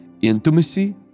Intimacy